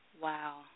Wow